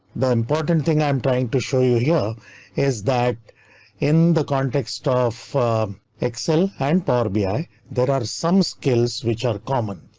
the important thing i'm trying to show you here is that in the context of excel and powerbi there are some skills which are common.